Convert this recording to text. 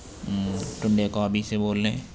ٹنڈے کبابی سے بول رہے ہیں